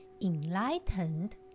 enlightened